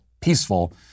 peaceful